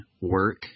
work